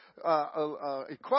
Equality